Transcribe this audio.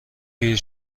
پیر